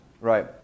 right